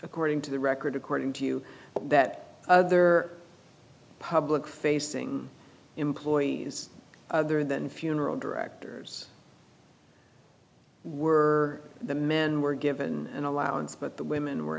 according to the record according to you that other public facing employees other than funeral directors were the men were given an allowance but the women were